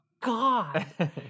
god